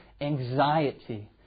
anxiety